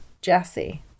Jesse